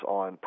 on